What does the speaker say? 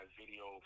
video